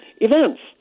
events